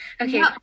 Okay